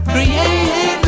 Create